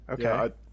Okay